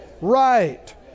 Right